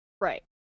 Right